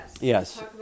Yes